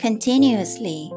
Continuously